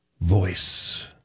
voice